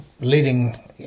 leading